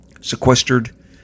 sequestered